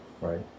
right